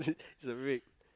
it's a ring